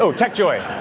so tech joy.